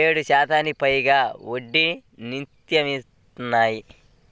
ఏడు శాతానికి పైగా వడ్డీనిత్తన్నాయి